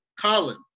Colin